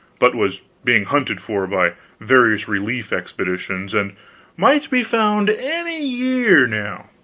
but was being hunted for by various relief expeditions, and might be found any year, now.